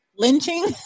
lynching